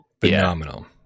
Phenomenal